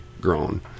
grown